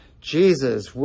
Jesus